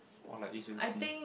or like agency